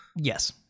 Yes